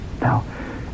Now